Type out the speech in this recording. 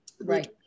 right